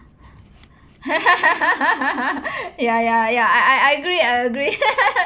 ya ya ya I I agree I agree